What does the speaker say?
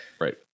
Right